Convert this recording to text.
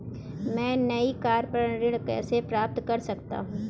मैं नई कार पर ऋण कैसे प्राप्त कर सकता हूँ?